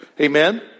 Amen